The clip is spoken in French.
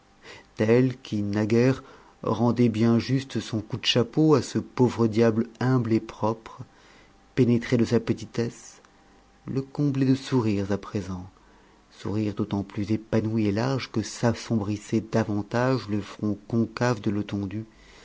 tel qui naguère rendait bien juste son coup de chapeau à ce pauvre diable humble et propre pénétré de sa petitesse le comblait de sourires à présent sourires d'autant plus épanouis et larges que s'assombrissait davantage le front concave de